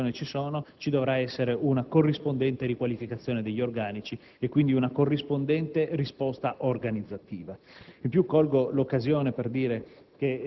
Regione, ci dovrà essere una corrispondente riqualificazione degli organici e, quindi, una corrispondente risposta organizzativa. In più, colgo l'occasione per dire